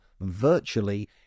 virtually